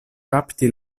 kapti